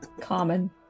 Common